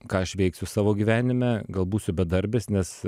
ką aš veiksiu savo gyvenime gal būsiu bedarbis nes